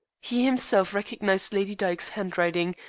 he himself recognized lady dyke's handwriting,